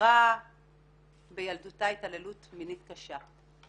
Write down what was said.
שעברה בילדותה התעללות מינית קשה.